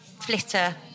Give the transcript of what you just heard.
flitter